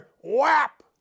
whap